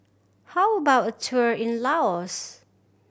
how about a tour in Laos